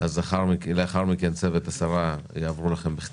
אנחנו נעביר את זה גם לשרה, נשמח אם היא תשתתף.